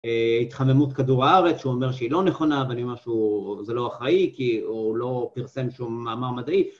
התחממות כדור הארץ, שהוא אומר שהיא לא נכונה, אבל היא משהו, זה לא אחראי, כי הוא לא פרסם שום מאמר מדעי.